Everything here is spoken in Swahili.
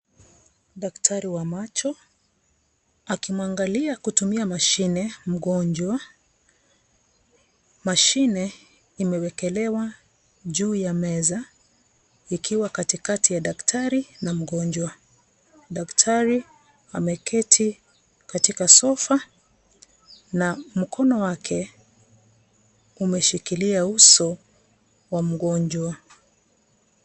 Daktari wa macho, akimwangalia kutumia machine mgonjwa, Mchine imewekelewa juu ya meza, ikiwa katikati ya daktari na mgonjwa. Daktari ameketi katika sofa, na mkono wake umeshikilia uso wa mgonjwa.